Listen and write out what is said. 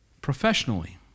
Professionally